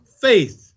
faith